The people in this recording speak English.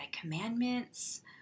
Commandments